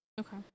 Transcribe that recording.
Okay